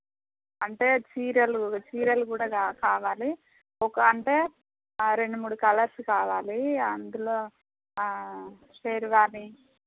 అంటే చీరలు చీరలు కూడా కా కావాలి ఒక అంటే రెండు మూడు కలర్స్ కావాలి అందులో షేర్వానీ